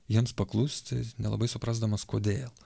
jiems paklusti nelabai suprasdamas kodėl